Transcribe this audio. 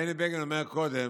בני בגין אומר קודם: